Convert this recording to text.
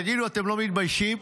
תגידו, אתם לא מתביישים?